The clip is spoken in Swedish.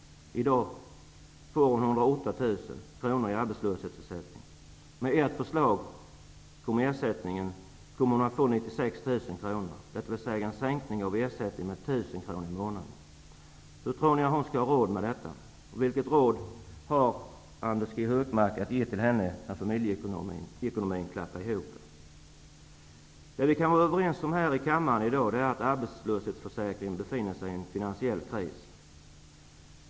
I dag får hon 108 000 kr. i arbetslöshetsersättning. Med ert förslag får hon 96 000 kr., dvs. en sänkning av ersättningen med 1 000 kr. i månaden. Hur tror ni att hon skall ha råd med detta? Vilket blir ert råd till henne, Anders G Högmark, när familjeekonomin klappar ihop? Det vi kan vara överens om här i kammaren i dag är att arbetslöshetsförsäkringen befinner sig i en finansiell kris.